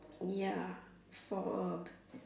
ya for a